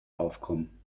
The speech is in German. aufkommen